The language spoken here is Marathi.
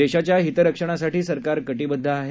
देशाच्या हितरक्षणासाठी सरकार कटिबद्ध आहे